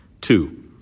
Two